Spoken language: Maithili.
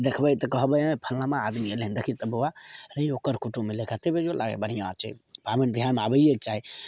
देखबै तऽ कहबै एँ फलनमा आदमी अएलै हँ देखी तऽ बौआ हेइ ओकर कुटुम्ब अएलै कतेक बेजोड़ लागै हइ बढ़िआँ छै पाबनि तेहारमे आबैए चाही